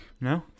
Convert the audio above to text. No